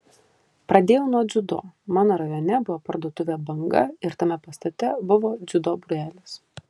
pradėjau nuo dziudo mano rajone buvo parduotuvė banga ir tame pastate buvo dziudo būrelis